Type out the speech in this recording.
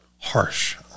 Harsh